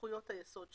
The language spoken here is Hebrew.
וזכויות היסוד שלו,